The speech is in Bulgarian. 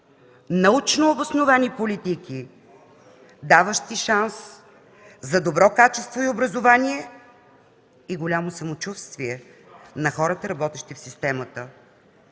научнообосновани политики, даващи шанс за добро качество и образование и голямо самочувствие на хората, работещи в системата.